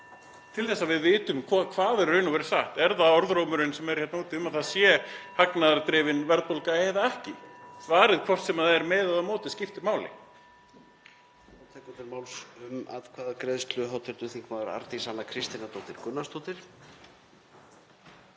til þess að við vitum hvað er í raun og veru satt. Er það orðrómurinn sem er hérna úti um að það sé hagnaðardrifin verðbólga eða ekki? Svarið, hvort sem það er með eða á móti, skiptir máli.